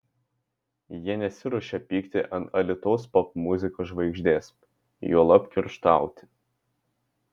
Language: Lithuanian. jie nesiruošia pykti ant alytaus popmuzikos žvaigždės juolab kerštauti